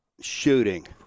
shooting